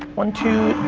one, two,